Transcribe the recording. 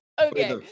Okay